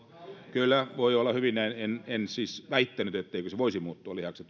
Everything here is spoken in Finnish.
kyllä voi kyllä olla hyvin näinkin en siis väittänyt etteikö se voisi muuttua lihaksi